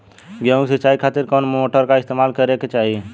गेहूं के सिंचाई खातिर कौन मोटर का इस्तेमाल करे के चाहीं?